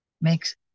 makes